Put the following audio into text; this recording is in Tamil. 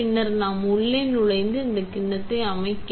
பின்னர் நாம் உள்ளே நுழைந்து இங்கே கிண்ணத்தை அமைக்க